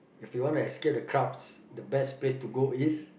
if you wanna escape the crowds the best place to go is